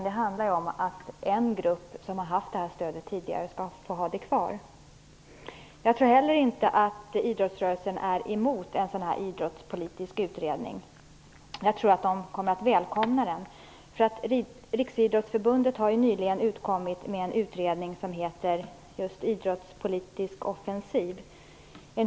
Det handlar om att en grupp, som har haft det här stödet tidigare, skall få ha det kvar. Jag tror heller inte att idrottsrörelsen är emot en sådan här idrottspolitisk utredning. Jag tror att de kommer att välkomna den. Riksidrottsförbundet har nyligen utkommit med en utredning som heter just Idrottspolitisk offensiv.